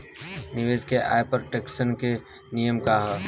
निवेश के आय पर टेक्सेशन के नियम का ह?